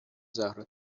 زهرا